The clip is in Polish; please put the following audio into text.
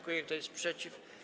Kto jest przeciw?